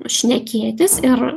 šnekėtis ir